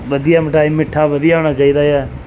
ਵਧੀਆ ਮਿਠਾਈ ਮਿੱਠਾ ਵਧੀਆ ਹੋਣਾ ਚਾਹੀਦਾ ਆ